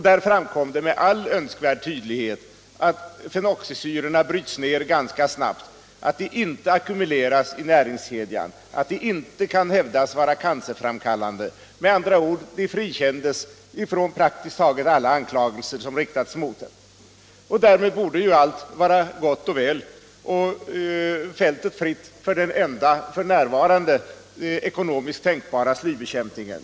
Där framkom med all önskvärd tydlighet att fenoxisyrorna bryts ner ganska snabbt, att de inte ackumuleras i näringskedjan och att de inte kan hävdas vara cancerframkallande. Med andra ord frikändes de från praktiskt taget alla anklagelser som riktats mot dem. Därmed borde ju allt vara gott och väl och fältet fritt för den f. n. enda ekonomiskt tänkbara slybekämpningen.